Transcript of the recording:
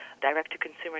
direct-to-consumer